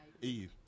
Eve